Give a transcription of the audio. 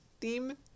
theme